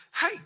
hey